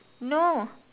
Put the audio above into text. no what